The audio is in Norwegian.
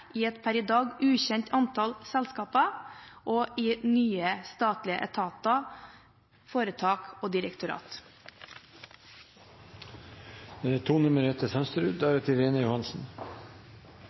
i et per i dag ukjent antall selskaper og i nye statlige etater, foretak og